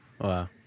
Wow